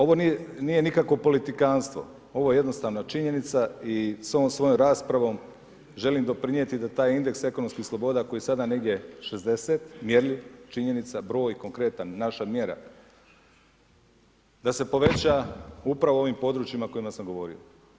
Ovo nije nikakvo politikanstvo, ovo je jednostavna činjenica i s ovim svojom raspravom želim doprinijeti da taj indeks ekonomskih sloboda koji je sada negdje 60 mjerljiv, činjenica, broj konkretan, naše mjera, da se poveća upravo u ovim područjima o kojima sam govorio.